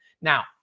Now